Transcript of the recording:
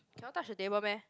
cannot touch the table meh